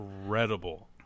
incredible